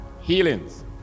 healings